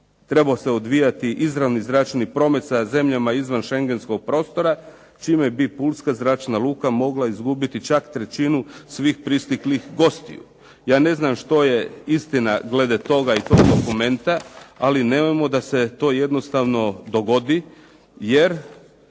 Trebao se odvijati izravni zračni promet sa zemljama izvan Šengenskog prostora čime bi pulska zračna luka mogla izgubiti čak trećinu svih pristiglih gostiju. Ja ne znam što je istina glede toga i tog dokumenta, ali nemojmo da se to jednostavno dogodi, jer